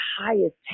highest